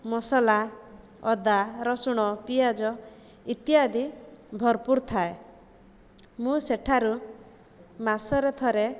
ମସଲା ଅଦା ରସୁଣ ପିଆଜ ଇତ୍ୟାଦି ଭରପୁର ଥାଏ ମୁଁ ସେଠାରୁ ମାସରେ ଥରେ